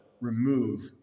remove